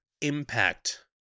impact